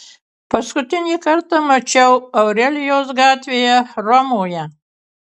paskutinį kartą mačiau aurelijos gatvėje romoje